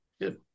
Good